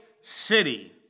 city